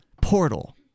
portal